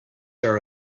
are